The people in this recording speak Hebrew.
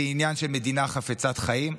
זה עניין של מדינה חפצת חיים,